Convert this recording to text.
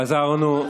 חזרנו.